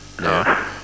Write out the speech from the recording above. No